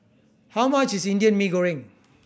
how much is Indian Mee Goreng